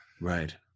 Right